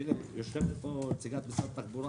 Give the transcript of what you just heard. יושבת פה נציגת משרד התחבורה